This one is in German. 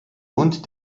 und